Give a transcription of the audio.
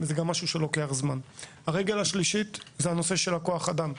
וגם לוקח זמן, הרגל השלישית נושא כוח אדם.